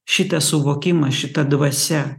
šitas suvokimas šita dvasia